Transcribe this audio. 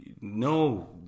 no